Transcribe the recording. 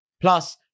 Plus